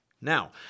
Now